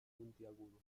puntiagudo